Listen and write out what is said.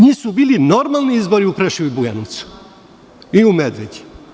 Nisu bili normalni ti izbori u Preševu i Bujanovcu i u Medveđi.